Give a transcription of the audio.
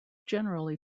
generally